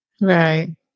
Right